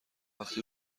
وقتی